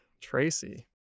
Tracy